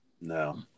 No